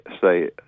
say